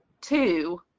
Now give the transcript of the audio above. Two